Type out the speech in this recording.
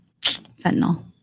fentanyl